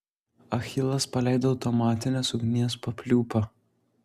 achilas paleido automatinės ugnies papliūpą